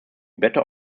better